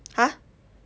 !huh!